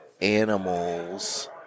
animals